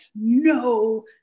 no